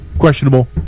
questionable